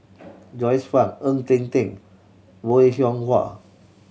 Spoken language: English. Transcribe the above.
Joyce Fan Ng Eng Teng Bong Hiong Hwa